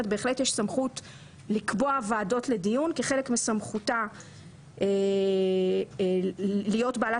בהחלט יש סמכות לקבוע ועדות לדיון כחלק מסמכותה להיות בעלת